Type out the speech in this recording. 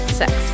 sex